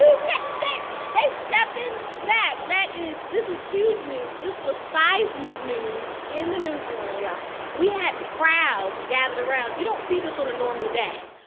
step in that that is this is huge news. this was seismic news in the newsroom yeah we had crowds gathered around. you don't see this on a normal day.